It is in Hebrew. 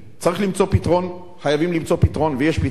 צריך למצוא פתרון, חייבים למצוא פתרון ויש פתרון.